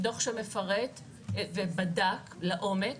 דוח שמפרט ובדק לעומק